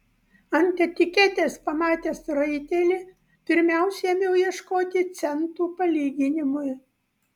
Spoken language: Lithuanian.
ant etiketės pamatęs raitelį pirmiausia ėmiau ieškoti centų palyginimui